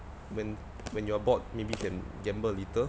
when when you're bored maybe can gamble a little